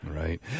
Right